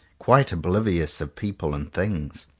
quite oblivious of people and things.